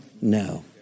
no